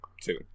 Two